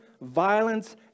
violence